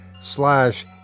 slash